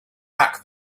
back